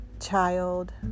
child